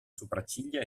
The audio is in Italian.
sopracciglia